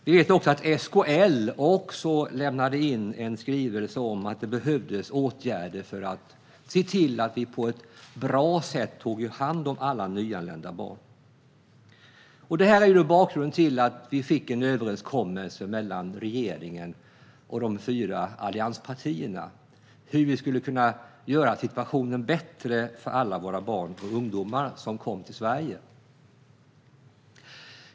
Vi vet också att SKL lämnade in en skrivelse om att det behövdes åtgärder för att se till att vi på ett bra sätt tar hand om alla nyanlända barn. Det är bakgrunden till att vi fick en överenskommelse mellan regeringen och de fyra allianspartierna om hur vi skulle kunna göra situationen bättre för alla barn och ungdomar som kom till Sverige.